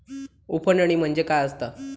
उफणणी म्हणजे काय असतां?